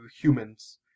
humans